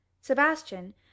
Sebastian